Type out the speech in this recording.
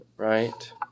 Right